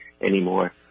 anymore